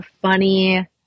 funny